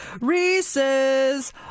Reese's